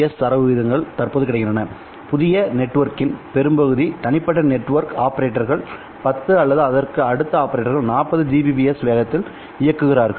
S தரவு விகிதங்கள் தற்போது கிடைக்கின்றன புதிய நெட்வொர்க்கின் பெரும்பகுதி தனிப்பட்ட நெட்வொர்க் ஆபரேட்டர்கள் 10 அல்லது அதன் அடுத்த ஆபரேட்டர்கள் 40 ஜிபிபிஎஸ் வேகத்தில் இயக்குகிறார்கள்